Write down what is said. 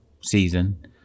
season